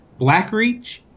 Blackreach